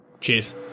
Cheers